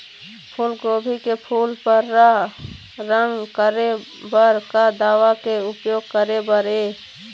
फूलगोभी के फूल पर्रा रंग करे बर का दवा के उपयोग करे बर ये?